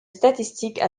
statistiques